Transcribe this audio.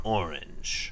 orange